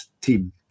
team